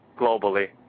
globally